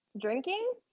Drinking